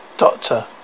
Doctor